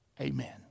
Amen